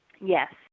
Yes